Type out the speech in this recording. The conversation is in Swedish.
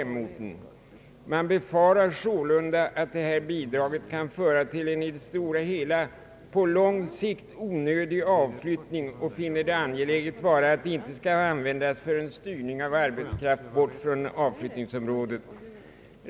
Man befarar sålunda att detta bidrag kan medföra en på lång sikt onödig avflyttning och finner det angeläget att det inte skall användas för styrning av arbetskraft bort från avflyttningsområdet.